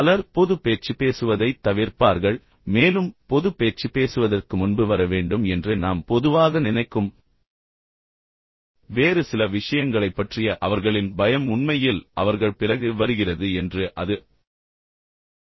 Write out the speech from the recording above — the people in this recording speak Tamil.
பலர் பொதுப் பேச்சு பேசுவதைத் தவிர்ப்பார்கள் மேலும் பொதுப் பேச்சு பேசுவதற்கு முன்பு வர வேண்டும் என்று நாம் பொதுவாக நினைக்கும் வேறு சில விஷயங்களைப் பற்றிய அவர்களின் பயம் உண்மையில் அவர்கள் பிறகு வருகிறது என்று அது கூறுகிறது